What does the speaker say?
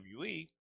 wwe